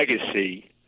legacy